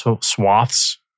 swaths